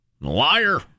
Liar